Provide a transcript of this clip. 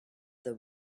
their